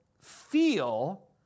feel